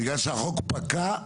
בגלל שהחוק פקע?